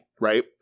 right